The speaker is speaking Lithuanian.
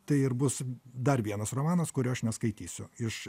tai ir bus dar vienas romanas kurio aš neskaitysiu iš